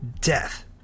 death